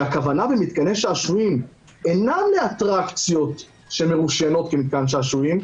שהכוונה במתקני שעשועים אינה לאטרקציות שיש להן רישוי כמתקן שעשועים,